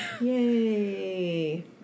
Yay